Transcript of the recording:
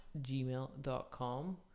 gmail.com